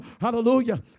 hallelujah